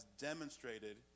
demonstrated